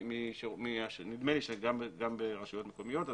נדמה לי שגם ברשויות מקומיות,